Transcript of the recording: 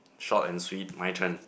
short and sweet my turn